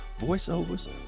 voiceovers